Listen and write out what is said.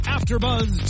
Afterbuzz